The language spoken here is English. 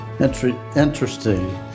Interesting